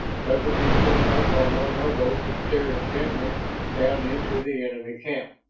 levered himself up on one elbow to stare intently down into the enemy camp.